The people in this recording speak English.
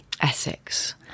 Essex